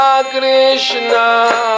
Krishna